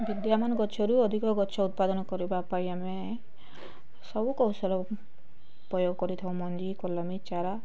ବିଦ୍ୟମାନ ଗଛରୁ ଅଧିକ ଗଛ ଉତ୍ପାଦନ କରିବା ପାଇଁ ଆମେ ସବୁ କୌଶଳ ପ୍ରୟୋଗ କରିଥାଉ ମଞ୍ଜି କଲମୀ ଚାରା